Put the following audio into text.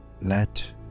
let